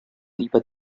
über